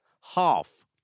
Half